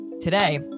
Today